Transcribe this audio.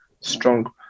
strong